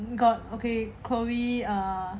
oh okay chloe err